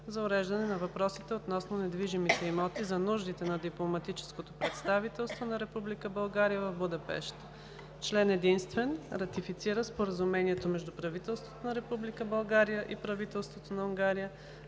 за уреждане на въпросите относно недвижимите имоти за нуждите на дипломатическото представителство на Република България в Будапеща Член единствен. Ратифицира Споразумението между